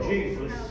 Jesus